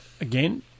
again